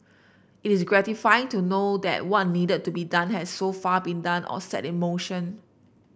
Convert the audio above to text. it is gratifying to know that what needed to be done has so far been done or set in motion